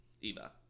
Eva